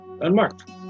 unmarked